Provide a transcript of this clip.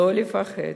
לא לפחד.